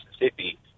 Mississippi